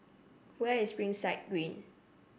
where is Springside Green